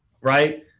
right